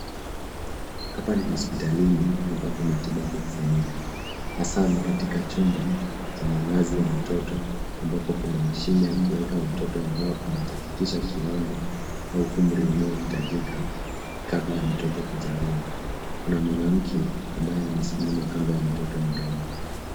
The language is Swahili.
Hapa ni hospitalini ambapo matibabu hufanyika hasa ni katika chumba cha malazi ya watoto ambapo kuna mashine ya kuweka watoto ambao hawajafikisha kiwango au umri unaohitajika kabla ya mtoto kuzaliwa. Kuna mwanamke ambaye amesimama kando ya mtoto mdogo.